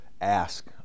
ask